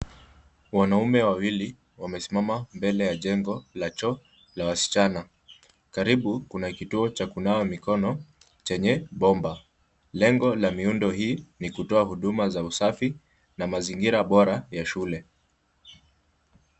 Wanaume wawili wamesimama mbele ya jengo la choo la wasichana. Karibu kuna kituo cha kunawa mikono chenye bomba. Lengo la miundo hii ni kutoa huduma za usafi na mazingira bora ya shule.